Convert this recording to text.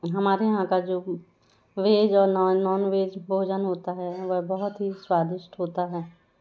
हमारे यहाँ का जो वेज और नॉन नॉन वेज भोजन होता है वह बहुत ही स्वादिष्ट होता है